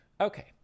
Okay